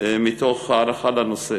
מתוך הערכה לנושא.